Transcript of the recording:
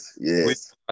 Yes